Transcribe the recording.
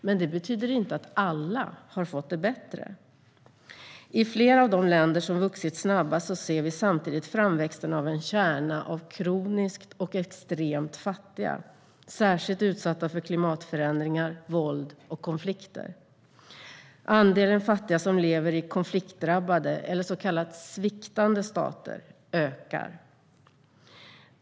Men det betyder inte att alla har fått det bättre. I flera av de länder som vuxit snabbast ser vi samtidigt framväxten av en kärna av kroniskt och extremt fattiga, särskilt utsatta för klimatförändringar, våld och konflikter. Andelen fattiga som lever i konfliktdrabbade eller så kallade sviktande stater ökar.